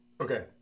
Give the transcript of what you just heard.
Okay